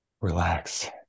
relax